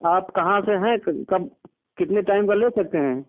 आप कहाँ से हैं कब कितने टाइम का ले सकते हैं